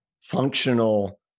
functional